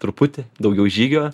truputį daugiau žygio